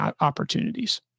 opportunities